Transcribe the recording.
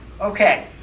Okay